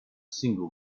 single